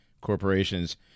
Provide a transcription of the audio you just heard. corporations